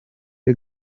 ihr